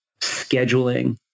scheduling